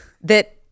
that-